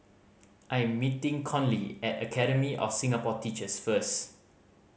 I am meeting Conley at Academy of Singapore Teachers first